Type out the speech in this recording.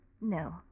No